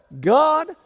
God